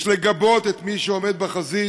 יש לגבות את מי שעומד בחזית,